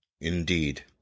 Indeed